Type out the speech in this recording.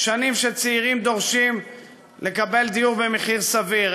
שנים שצעירים דורשים לקבל דיור במחיר סביר.